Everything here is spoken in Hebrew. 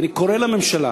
אני קורא לממשלה